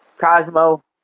Cosmo